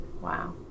Wow